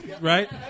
Right